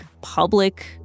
public